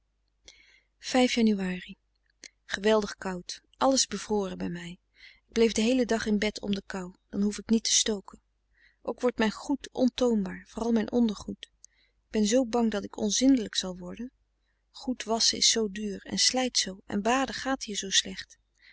jan geweldig koud alles bevroren bij mij ik bleef den heelen dag in bed om de kou dan hoef ik niet te stoken ook wordt mijn goed ontoonbaar vooral mijn ondergoed ik ben zoo bang dat ik onzindelijk zal worden goed wasschen is zoo duur en slijt zoo en baden gaat hier zoo slecht